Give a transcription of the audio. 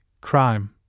crime